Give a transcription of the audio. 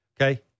Okay